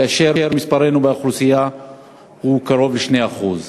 כאשר מספרנו באוכלוסייה קרוב ל-2%.